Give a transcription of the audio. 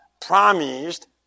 promised